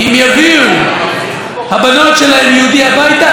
אם הבנות שלהם יביאו יהודי הביתה,